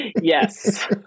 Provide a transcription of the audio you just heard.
Yes